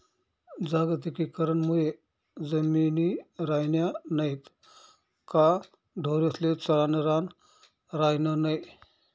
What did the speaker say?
जागतिकीकरण मुये जमिनी रायन्या नैत का ढोरेस्ले चरानं रान रायनं नै